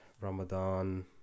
Ramadan